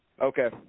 Okay